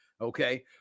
okay